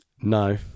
No